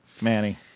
Manny